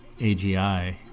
AGI